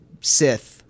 Sith